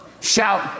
shout